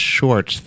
Short